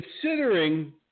considering